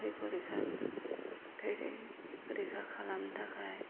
थै परिख्खा खालामनो थाखाय